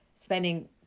spending